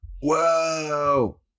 Whoa